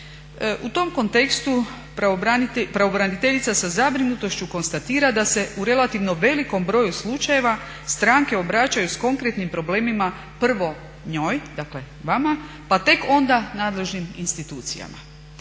U tom kontekstu pravobraniteljica sa zabrinutošću konstatira da se u relativno velikom broju slučajeva stranke obraćaju sa konkretnim problemima prvo njoj, dakle vama pa tek onda nadležnim institucijama.